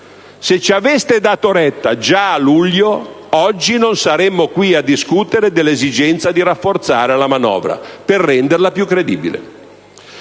Se ci aveste dato retta, già a luglio, oggi non saremmo qui a discutere sull'esigenza di rafforzare la manovra per renderla più credibile.